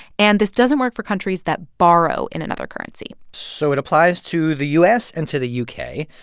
and this doesn't work for countries that borrow in another currency so it applies to the u s. and to the u k,